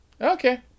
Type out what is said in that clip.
Okay